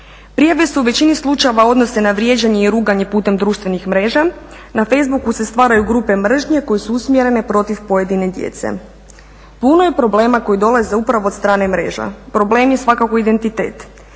Prijave se u većini slučajeva odnose na vrijeđanje i ruganje putem društvenih mreža. Na Facebooku se stvaraju grupe mržnje koje su usmjerene protiv pojedine djece. Puno je problema koji dolaze upravo od strane mreža. Problem je svakako identitet.